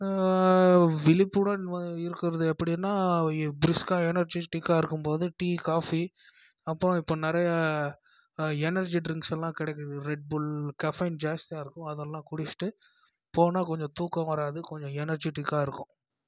விழுப்புடன் வ இருக்கிறது எப்படின்னா பிரிஸ்காக எனர்ஜிட்டிக்காக இருக்கும் போது டீ காஃபி அப்புறோம் இப்போ நிறைய எனர்ஜி ட்ரிங்ஸ்லாம் கிடைக்குது ரெட்புல் கஃபேன் ஜாஸ்தியாக இருக்கும் அதெல்லாம் குடிச்சிவிட்டு போனா கொஞ்சம் தூக்கம் வராது கொஞ்சம் எனர்ஜிடிக்காக இருக்கும்